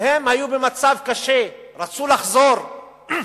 היו במצב קשה, רצו לחזור,